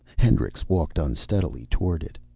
hendricks walked unsteadily toward it,